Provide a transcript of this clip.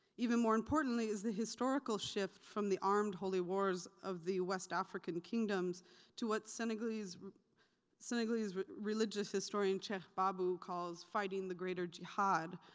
even more importantly is the historical shift from the armed holy wars of the west african kingdoms to what senegalese senegalese religious historian cheikh babou calls fighting the greater jihad,